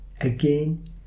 again